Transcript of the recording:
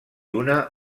una